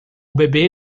bebê